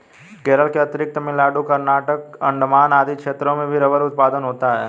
केरल के अतिरिक्त तमिलनाडु, कर्नाटक, अण्डमान आदि क्षेत्रों में भी रबर उत्पादन होता है